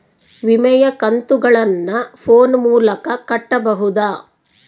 ವಿಮೆಯ ಕಂತುಗಳನ್ನ ಫೋನ್ ಮೂಲಕ ಕಟ್ಟಬಹುದಾ?